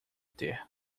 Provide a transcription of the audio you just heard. ter